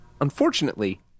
Unfortunately